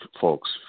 folks